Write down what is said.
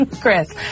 Chris